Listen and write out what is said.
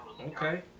Okay